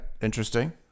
Interesting